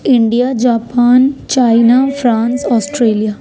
India Japan China France Australia